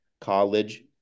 college